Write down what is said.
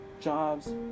jobs